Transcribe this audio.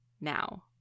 now